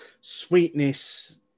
sweetness